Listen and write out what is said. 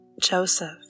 Joseph